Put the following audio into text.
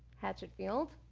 hatchetfield,